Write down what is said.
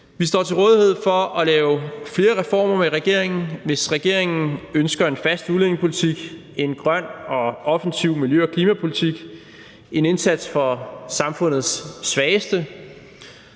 Vi står til rådighed for at lave flere reformer med regeringen. Hvis regeringen ønsker en fast udlændingepolitik, en grøn og offensiv miljø- og klimapolitik, en indsats for samfundets svageste